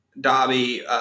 Dobby